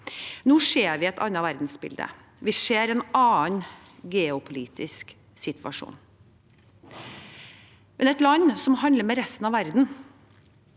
Nå ser vi et annet verdensbilde. Vi ser en annen geopolitisk situasjon. Men et land som handler med resten av verden,